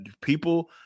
people